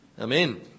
Amen